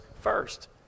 first